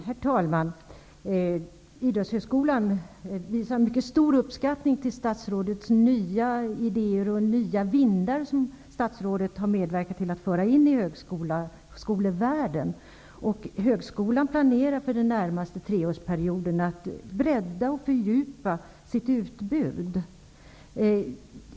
Herr talman! Idrottshögskolan visar mycket stor uppskattning av statsrådets nya idéer och de nya vindar som statsrådet har medverkat till att föra in i högskolevärlden. Högskolan planerar för den närmaste treårsperioden att bredda och fördjupa sitt utbud.